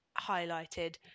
highlighted